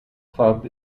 club